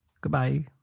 Goodbye